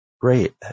great